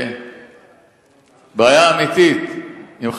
לבעיה אמיתית אם,